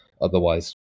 otherwise